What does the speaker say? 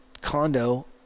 condo